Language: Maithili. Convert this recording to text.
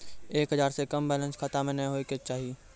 एक हजार से कम बैलेंस खाता मे नैय होय के चाही